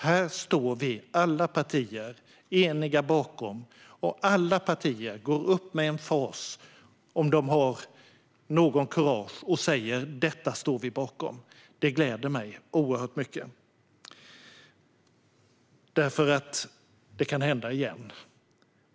Här står vi, alla partier, eniga bakom detta. Alla partier, om de har något kurage, går upp med emfas och säger: Detta står vi bakom. Det gläder mig oerhört mycket. Det här kan hända igen.